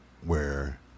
where-